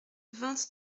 vingt